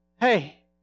Hey